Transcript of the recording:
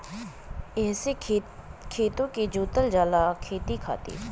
एहसे खेतो के जोतल जाला खेती खातिर